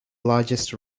largest